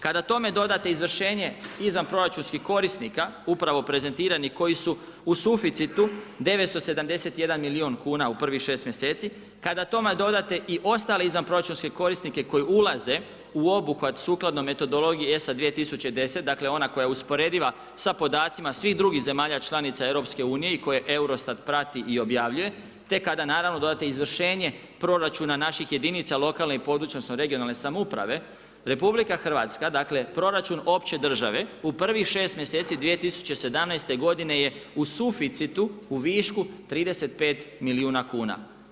Kada tome dodate izvršenje izvanproračunskih korisnika koji su u suficitu 971 milijun kuna u prvih 6 mjeseci, kada tome dodate i ostale izvanproračunske korisnike koji ulaze u obuhvat sukladno metodologiji ESI 2010, dakle ona koja je usporediva sa podacima svih drugih zemalja članica EU-a i koje EUROSTAT prati i objavljuje te kada naravno dodate izvršenje proračuna naših jedinica lokalne i područne samouprave, proračun opće države u prvih 6 mjeseci 2017. godine je u suficitu u višku 35 milijuna kuna.